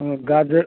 हाँ गाजर